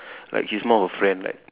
like she's more of a friend like